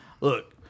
Look